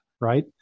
Right